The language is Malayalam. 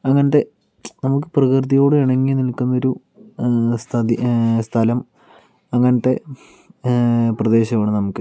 അങ്ങനത്തെ നമുക്ക് പ്രകൃതിയോട് ഇണങ്ങി നിൽക്കുന്ന ഒരു സ്ഥതി സ്ഥലം അങ്ങനത്തെ പ്രദേശമാണ് നമുക്ക്